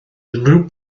unrhyw